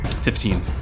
Fifteen